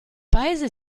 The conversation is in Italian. paese